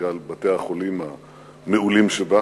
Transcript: בגלל בתי-החולים המעולים שבה.